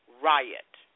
Riot